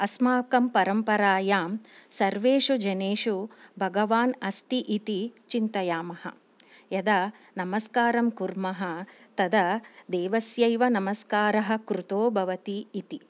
अस्माकं परम्परायां सर्वेषु जनेषु भगवान् अस्ति इति चिन्तयामः यदा नमस्कारं कुर्मः तदा देवस्यैव नमस्कारः कृतो भवति इति